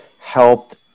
helped